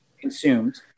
consumed